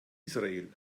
israel